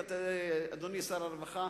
אדוני שר הרווחה,